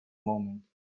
moment